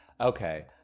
Okay